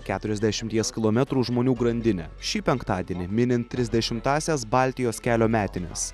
keturiasdešimties kilometrų žmonių grandinę šį penktadienį minim trisdešimtąsias baltijos kelio metines